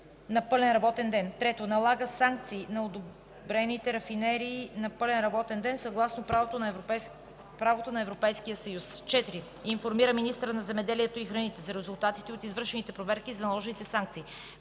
на пълен работен ден; 3. налага санкции на одобрените рафинерии на пълен работен ден, съгласно правото на Европейския съюз; 4. информира министъра на земеделието и храните за резултатите от извършените проверки и за наложените санкции;